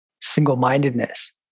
single-mindedness